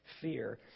fear